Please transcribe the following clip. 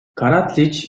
karadziç